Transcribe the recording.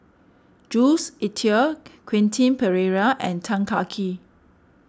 Jules Itier Quentin Pereira and Tan Kah Kee